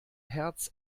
hertz